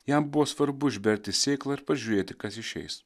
jam buvo svarbu užberti sėklą ir pažiūrėti kas išeis